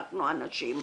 אנחנו הנשים.